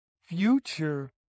future